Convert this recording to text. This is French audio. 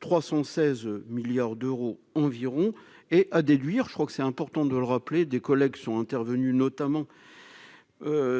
316 milliards d'euros environ et à déduire, je crois que c'est important de le rappeler des collègues sont intervenus, notamment